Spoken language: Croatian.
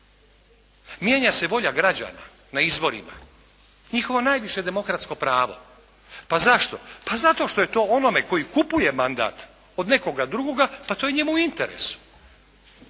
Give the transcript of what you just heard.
mijenja se volja građana na izborima, njihovo najviše demokratsko pravo. Pa zašto? Pa zato što je to onome koji kupuje mandat od nekoga drugoga, pa to je njemu u interesu.